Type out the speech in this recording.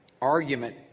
Argument